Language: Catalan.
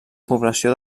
població